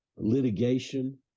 litigation